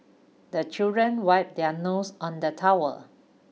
the children wipe their nose on the towel